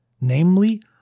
Namely